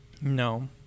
No